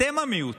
אתם המיעוט,